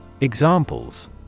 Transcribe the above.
Examples